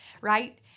right